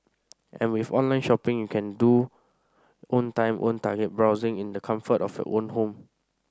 and with online shopping you can do own time own target browsing in the comfort of your own home